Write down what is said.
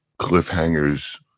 cliffhangers